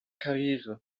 karriere